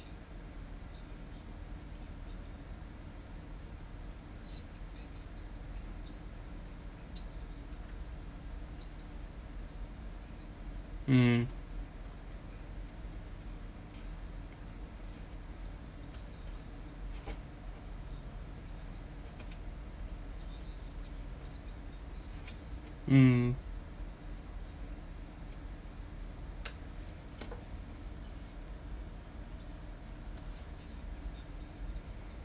mm mm